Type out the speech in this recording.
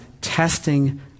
testing